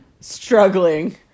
Struggling